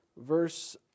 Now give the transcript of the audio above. verse